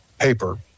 paper